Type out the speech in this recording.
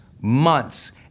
months